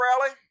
rally